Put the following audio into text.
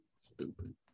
Stupid